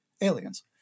aliens